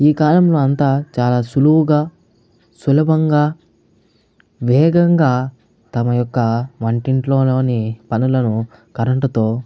ఈ కాలంలో అంతా చాలా సులువుగా సులభంగా వేగంగా తమ యొక్క వంటింట్లోని పనులను కరెంటుతో